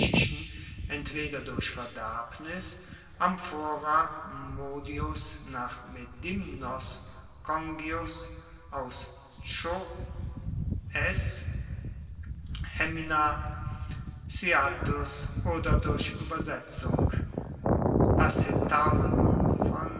entweder durch verderbnis amphora modius nach congius aus hemina cyathus oder durch uebersetzung